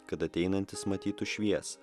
kad ateinantys matytų šviesą